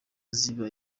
ziba